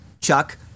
Chuck